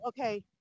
okay